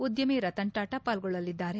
ಉದ್ಯಮಿ ರತನ್ ಟಾಟಾ ಪಾಲ್ಗೊಳ್ಳಲಿದ್ದಾರೆ